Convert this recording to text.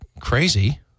crazy